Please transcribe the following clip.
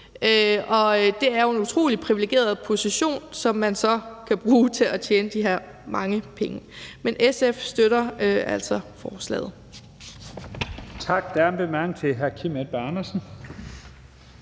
Det er jo en utrolig privilegeret position, som man så kan bruge til at tjene de her mange penge, men SF støtter altså forslaget. Kl. 19:18 Første næstformand (Leif